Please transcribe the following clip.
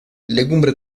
legumbre